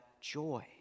joy